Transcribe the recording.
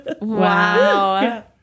Wow